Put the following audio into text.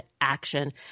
action